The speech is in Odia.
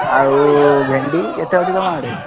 ଆଉ ଭେଣ୍ଡି କେତେ ଅଛି ତୁମ ଆଡ଼େ